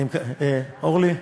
אורלי,